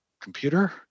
computer